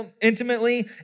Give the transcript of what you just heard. intimately